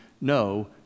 no